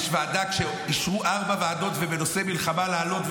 אישרו ארבע ועדות ובנושאי מלחמה להעלות,